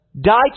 die